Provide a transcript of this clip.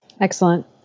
Excellent